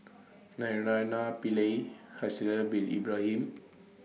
Naraina Pillai Haslir Bin Ibrahim